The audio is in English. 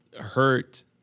hurt